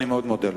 אני מאוד מודה לך.